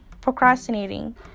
procrastinating